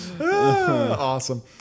Awesome